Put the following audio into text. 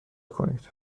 کنید